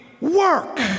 work